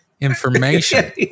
information